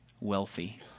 wealthy